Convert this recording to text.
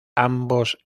ambos